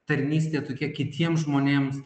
tarnystė tokia kitiems žmonėms